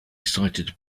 cited